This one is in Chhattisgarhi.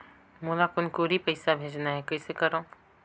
मोला कुनकुरी पइसा भेजना हैं, कइसे करो?